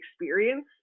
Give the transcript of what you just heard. experience